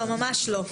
ממש לא.